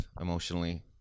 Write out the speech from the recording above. emotionally